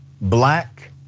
black